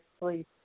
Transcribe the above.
please